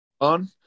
On